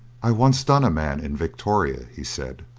i once done a man in victoria, he said,